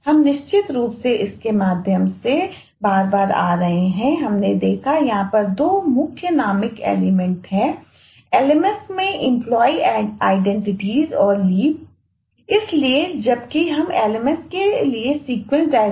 अब निश्चित रूप से इसके माध्यम से जैसे हम बार बार आ रहे हैं हमने देखा कि यहां पर 2 मुख्य नामिक एलिमेंट होगा